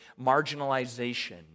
marginalization